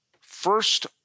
first